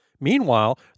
Meanwhile